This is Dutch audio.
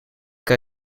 kan